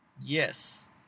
Yes